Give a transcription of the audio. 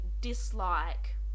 dislike